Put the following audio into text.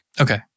Okay